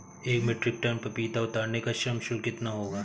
एक metric ton पपीता उतारने का श्रम शुल्क कितना होगा?